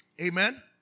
Amen